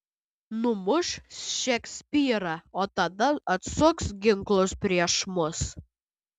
numuš šekspyrą o tada atsuks ginklus prieš mus